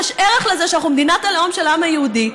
יש ערך לזה שאנחנו מדינת הלאום של העם היהודי.